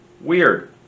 weird